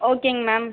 ஓகேங்க மேம்